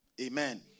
Amen